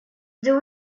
the